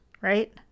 right